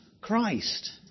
Christ